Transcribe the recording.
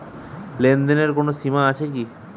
লেনদেনের কোনো সীমা আছে কি?